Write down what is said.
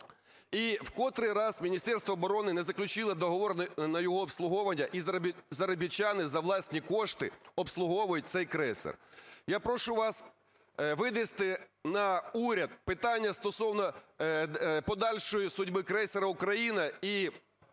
і в котрий раз Міністерство оборони не заключило договір на його обслуговування, і заробітчани за власні кошти обслуговують цей крейсер. Я прошу вас винести на уряд питання стосовно подальшої судьби крейсера "Україна".